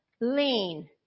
lean